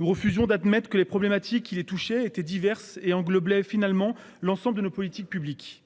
Nous refusons d'admettre que les problématiques, il est touché a été diverse et angles finalement l'ensemble de nos politiques publiques.